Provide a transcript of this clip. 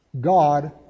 God